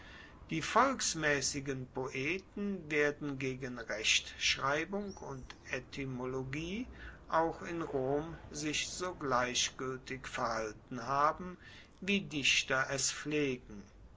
die volksmaessigen poeten werden gegen rechtschreibung und etymologie auch in rom sich so gleichgueltig verhalten haben wie dichter es pflegen